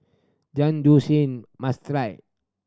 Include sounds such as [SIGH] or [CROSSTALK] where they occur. jian [UNINTELLIGIBLE] must try